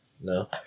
No